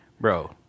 Bro